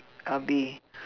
uh be